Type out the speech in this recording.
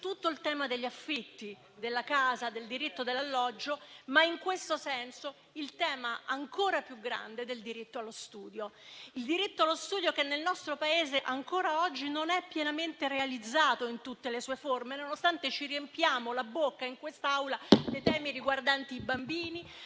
il tema degli affitti, della casa, del diritto dell'alloggio e, in questo senso, il tema ancora più grande del diritto allo studio. Il diritto allo studio, nel nostro Paese, ancora oggi non è pienamente realizzato in tutte le sue forme, nonostante ci riempiamo la bocca, in quest'Aula, dei temi riguardanti i bambini